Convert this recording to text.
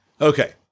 Okay